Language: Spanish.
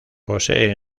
posee